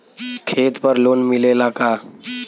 खेत पर लोन मिलेला का?